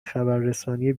خبررسانی